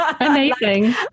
Amazing